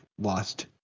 lost